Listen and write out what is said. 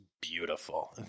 beautiful